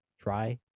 try